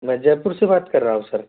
मैं जयपुर से बात कर रहा हूँ सर